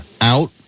out